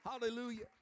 Hallelujah